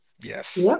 Yes